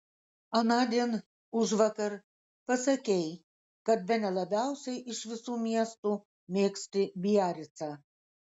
anądien užvakar pasakei kad bene labiausiai iš visų miestų mėgsti biaricą